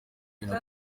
ibintu